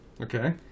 Okay